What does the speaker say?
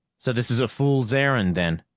so this is a fool's errand, then?